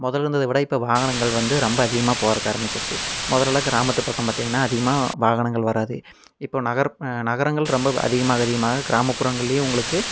முதல்ல இருந்ததை விட இப்போ வாகனங்கள் வந்து ரொம்ப அதிகமாக போகறக்கு ஆரமிச்சிருச்சு முதல்லலாம் கிராமத்து பக்கம் பார்த்திங்கன்னா அதிகமாக வாகனங்கள் வராது இப்போ நகர் நகரங்கள் ரொம்ப அதிகமாக அதிகமாக கிராமப்புறங்கள்லையும் உங்களுக்கு